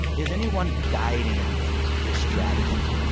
is anyone guiding this strategy,